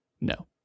No